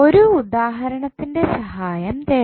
ഒരു ഉദാഹരണത്തിൻ്റെ സഹായം തേടാം